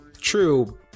True